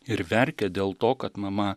ir verkia dėl to kad mama